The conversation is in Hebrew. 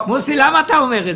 מוסי, למה אתה אומר את זה?